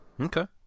Okay